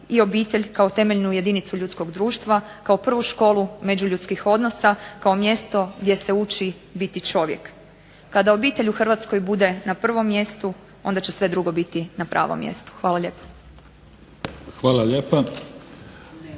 i obitelj kao temeljnu jedinicu ljudskog društva, kao prvu školu međuljudskih odnosa, kao mjesto gdje se uči biti čovjek. Kada obitelj u Hrvatskoj bude na prvom mjestu, onda će sve drugo biti na pravom mjestu. Hvala lijepo. **Mimica,